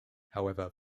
however